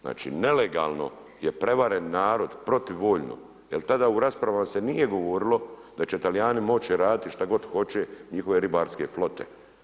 Znači nelegalno je prevaren narod protiv voljno jer tada u raspravama se nije govorilo da će Talijani moći raditi šta god hoće i njihove ribarske flote.